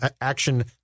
action